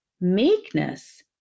meekness